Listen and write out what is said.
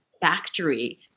factory